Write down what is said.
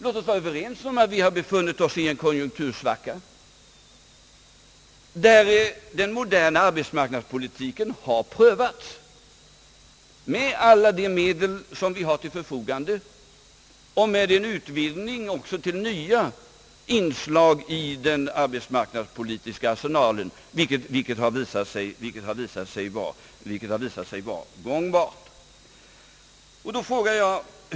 Låt oss vara överens om att vi befunnit oss i en konjunktursvacka, där den moderna arbetsmarknadspolitiken har prö vats, med alla de medel som man har till förfogande och med en utvidgning också till nya inslag i arsenalen, vilket har visat sig gångbart.